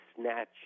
snatch